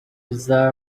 iza